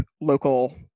local